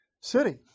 city